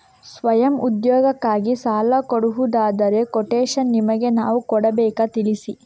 ಸ್ವಯಂ ಉದ್ಯೋಗಕ್ಕಾಗಿ ಸಾಲ ಕೊಡುವುದಾದರೆ ಕೊಟೇಶನ್ ನಿಮಗೆ ನಾವು ಕೊಡಬೇಕಾ ತಿಳಿಸಿ?